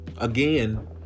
Again